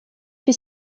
fut